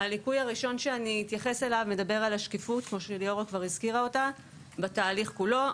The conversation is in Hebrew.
הליקוי הראשון שאני אתייחס אליו מדבר על השקיפות בתהליך כולו.